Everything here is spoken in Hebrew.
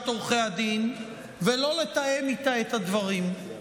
עורכי הדין ולא לתאם איתה את הדברים.